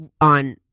on